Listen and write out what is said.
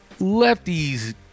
lefties